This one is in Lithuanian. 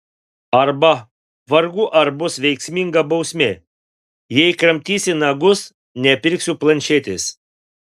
arba vargu ar bus veiksminga bausmė jei kramtysi nagus nepirksiu planšetės